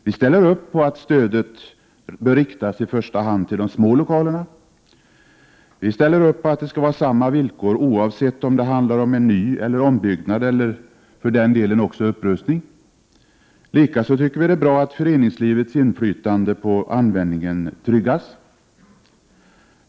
Vi ställer upp på att stödet bör riktas i första hand till de små lokalerna, att det skall vara samma villkor oavsett om det handlar om nybyggande eller ombyggnad eller för den delen också upprustning. Likaså tycker vi det är bra att föreningslivets inflytande på användningen tryggas.